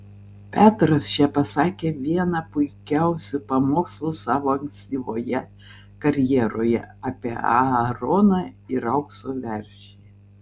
petras čia pasakė vieną puikiausių pamokslų savo ankstyvoje karjeroje apie aaroną ir aukso veršį